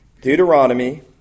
Deuteronomy